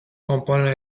compone